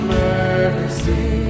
mercy